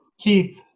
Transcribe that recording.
Keith